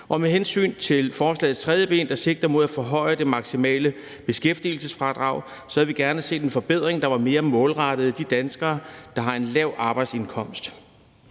Og med hensyn til forslagets tredje ben, der sigter mod at forhøje det maksimale beskæftigelsesfradrag, havde vi gerne set en forbedring, der var mere målrettet de danskere, der har en lav arbejdsindkomst.